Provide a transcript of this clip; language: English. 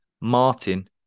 Martin